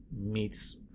Meets